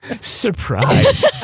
surprise